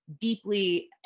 deeply